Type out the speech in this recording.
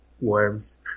worms